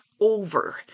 over